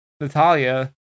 Natalia